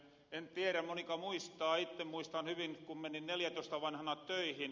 en tierä moniko muistaa itte muistan hyvin kun menin neljäntoista vanhana töihin